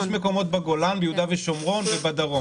יש מקומות בגולן, ביהודה ושומרון ובדרום.